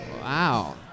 Wow